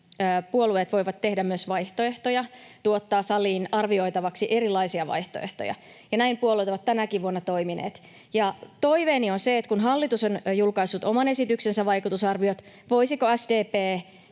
puolueet voivat myös tuottaa saliin arvioitavaksi erilaisia vaihtoehtoja, ja näin puolueet ovat tänäkin vuonna toimineet, niin toiveeni on, että kun hallitus on julkaissut oman esityksensä vaikutusarviot, voisiko SDP